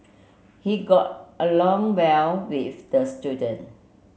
he got along well with the student